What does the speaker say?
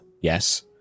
yes